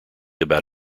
about